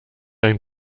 ein